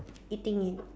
eating it